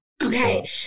Okay